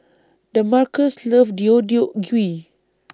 Damarcus loves Deodeok Gui